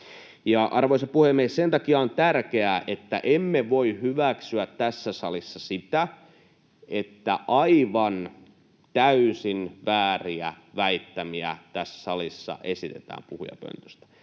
Arvoisa puhemies! Sen takia on tärkeää, että emme voi hyväksyä tässä salissa sitä, että aivan täysin vääriä väittämiä tässä salissa esitetään puhujapöntöstä.